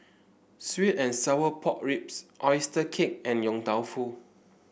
sweet and Sour Pork Ribs oyster cake and Yong Tau Foo